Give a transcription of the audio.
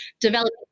develop